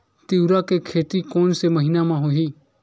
तीवरा के खेती कोन से महिना म होही?